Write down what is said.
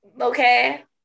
okay